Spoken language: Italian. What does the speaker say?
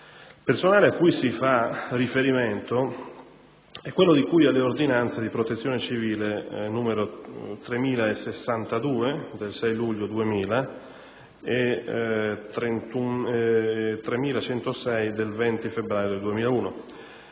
Il personale a cui si fa riferimento è quello di cui alle ordinanze di Protezione civile n. 3062 del 6 luglio 2000 e n. 3106 del 20 febbraio 2001,